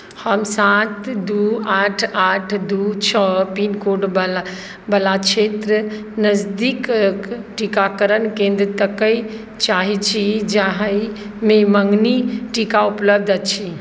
हम सात दू आठ आठ दू छओ पिनकोडवला क्षेत्रमे नजदीकक टीकाकरण केन्द्र ताकय चाहैत छी जाहिमे मँगनी टीका उपलब्ध अछि